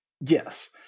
Yes